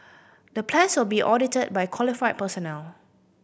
the plans will be audited by qualified personnel